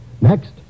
Next